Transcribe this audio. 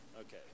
Okay